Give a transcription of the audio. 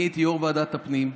אני הייתי יו"ר ועדת הפנים,